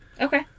Okay